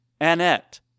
Annette